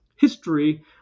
History